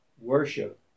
worship